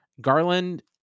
Garland